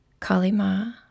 Kalima